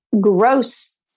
gross